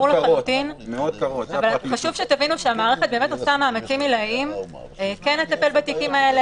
אבל חשוב שתבינו שהמערכת באמת עושה מאמצים עילאיים כן לטפל בתיקים האלה,